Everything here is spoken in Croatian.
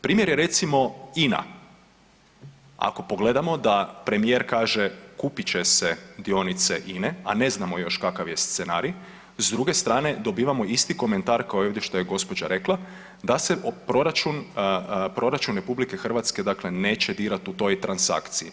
Primjer je recimo INA, ako pogledamo da premijer kaže kupit će se dionice INA-e, a ne znamo kakva je još scenarij, s druge strane dobivamo isti komentar kao i ovdje što je gospođa rekla, da se proračun RH neće dirati u toj transakciji.